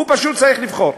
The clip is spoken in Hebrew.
הוא פשוט צריך לבחור.